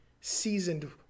seasoned